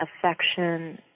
affection